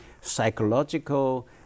psychological